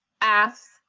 ask